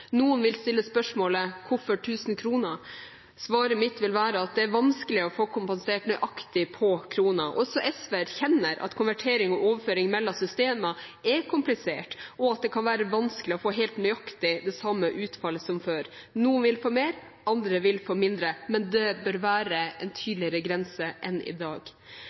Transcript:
Noen vil stille spørsmålet: Hvorfor 1 000 kr? Svaret mitt vil være at det er vanskelig å få kompensert nøyaktig på kronen. Også SV erkjenner at konvertering og overføring mellom systemer er komplisert, og at det kan være vanskelig å få helt nøyaktig det samme utfallet som før. Noen vil få mer, andre vil få mindre, men det bør være en tydeligere grense enn i dag.